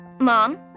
Mom